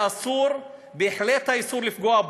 ואסור בתכלית האיסור לפגוע בו.